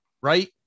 right